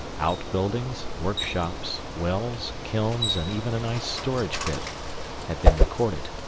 outbuildings, workshops, wells, kilns, and even an ice storage pit had been recorded.